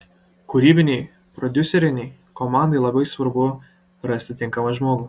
kūrybinei prodiuserinei komandai labai svarbu rasti tinkamą žmogų